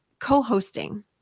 co-hosting